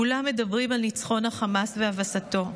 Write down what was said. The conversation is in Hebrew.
כולם מדברים על ניצחון החמאס והבסתו.